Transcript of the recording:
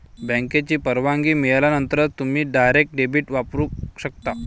बँकेची परवानगी मिळाल्यानंतरच तुम्ही डायरेक्ट डेबिट वापरू शकता